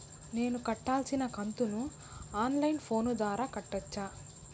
నేను కట్టాల్సిన కంతును ఆన్ లైను ఫోను ద్వారా కట్టొచ్చా?